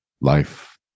life